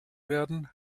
werden